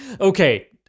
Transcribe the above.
okay